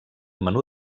menú